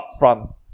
upfront